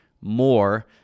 more